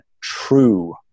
true